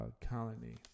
colony